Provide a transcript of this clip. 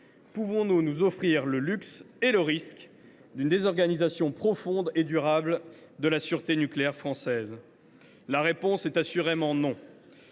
pouvons nous nous offrir le luxe et courir le risque d’une désorganisation profonde et durable de la sûreté nucléaire ? La réponse est assurément non